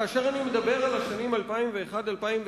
כאשר אני מדבר על השנים 2001 2009,